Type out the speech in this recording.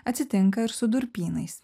atsitinka ir su durpynais